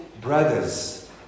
Brothers